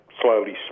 slowly